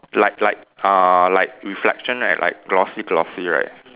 like like uh like reflection right like glossy glossy right